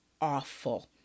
awful